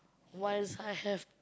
once I have